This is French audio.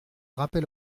rappel